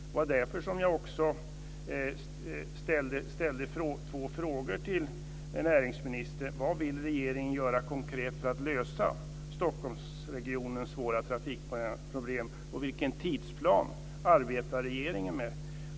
Det var därför som jag också ställde två frågor till näringsministern: Vad vill regeringen göra konkret för att lösa Stockholmsregionens svåra trafikproblem och vilken tidsplan arbetar regeringen med?